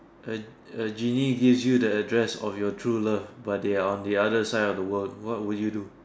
a a genie gives you the address of your true love but they are on the other side of the world what will you do